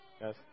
Yes